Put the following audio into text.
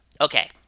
Okay